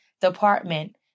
department